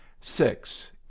Six